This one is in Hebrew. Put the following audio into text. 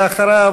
ואחריו,